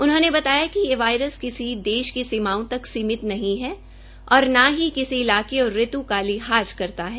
उन्होंने बताया कि यह वायरस किसी देश की सीमाओं तक सीमित नहीं है और न ही किसी इलाके और ऋतु का लिहाज करता है